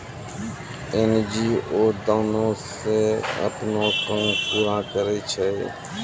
NGO दानो से अपनो काम पूरा करै छै